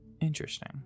Interesting